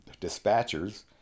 dispatchers